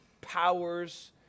powers